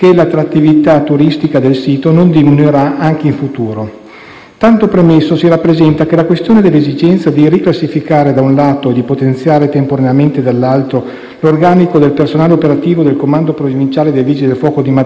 Tanto premesso, si rappresenta che la questione dell'esigenza di riclassificare, da un lato, e di potenziare temporaneamente, dall'altro, l'organico del personale operativo del comando provinciale dei Vigili del fuoco di Matera è oggetto di massima attenzione da parte del Ministero dell'interno.